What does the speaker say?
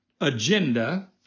Agenda